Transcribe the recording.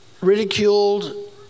ridiculed